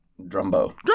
Drumbo